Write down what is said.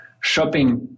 shopping